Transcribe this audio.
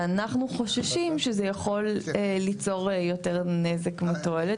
ואנחנו חוששים שזה יכול ליצור יותר נזק מתועלת.